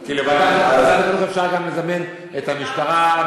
כי לוועדת החינוך אפשר גם לזמן את המשטרה,